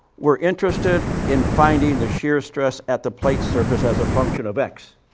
we're interested in finding the shear stress at the plate surface as a function of x.